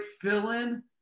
fill-in